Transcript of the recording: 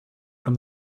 from